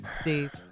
Steve